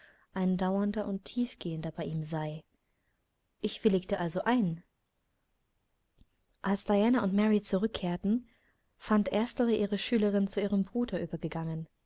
ein dauernder und tiefgehender bei ihm sei ich willigte also ein als diana und mary zurückkehrten fand erstere ihre schülerin zu ihrem bruder übergegangen